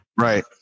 right